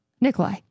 Nikolai